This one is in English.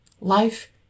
life